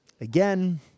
Again